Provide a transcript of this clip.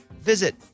visit